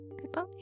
goodbye